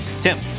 Tim